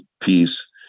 peace